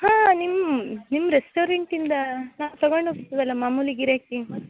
ಹಾಂ ನಿಮ್ಮ ನಿಮ್ಮ ರೆಸ್ಟೋರೆಂಟಿಂದ ನಾವು ತೊಗೊಂಡ್ ಹೋಗ್ತಿವಲ್ಲ ಮಾಮೂಲಿ ಗಿರಾಕಿ